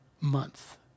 month